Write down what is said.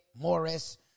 Morris